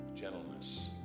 gentleness